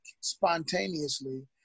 spontaneously